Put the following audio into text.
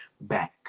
back